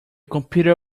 computer